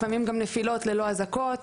לפעמים גם נפילות ללא אזעקות.